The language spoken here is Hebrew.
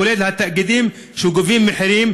כולל התאגידים שגובים מחירים.